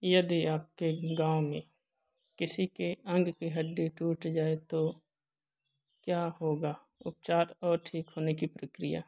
यदि आपके गाँव में किसी के अंग के हड्डी टूट जाए तो क्या होगा उपचार ठीक होने की प्रक्रिया